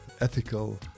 ethical